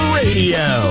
radio